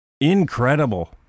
Incredible